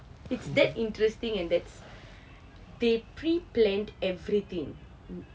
it's that interesting and that's they pre planned everything